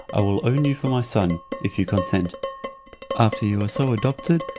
i will own you for my son, if you consent after you are so adopted,